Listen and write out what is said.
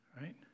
right